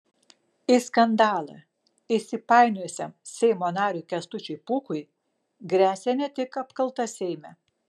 į skandalą įsipainiojusiam seimo nariui kęstučiui pūkui gresia ne tik apkalta seime